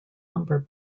lumber